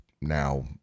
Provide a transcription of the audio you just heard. Now